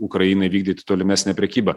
ukrainai vykdyti tolimesnę prekybą